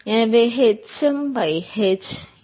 எனவே hm by h